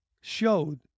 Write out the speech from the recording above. showed